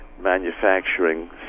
manufacturing